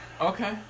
Okay